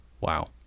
Wow